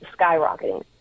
skyrocketing